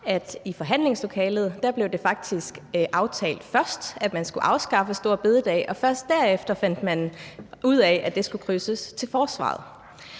i forhandlingslokalet blev det faktisk aftalt først, at man skulle afskaffe store bededag, og først derefter fandt man ud af, at det skulle krydses til forsvaret.